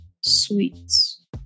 Sweets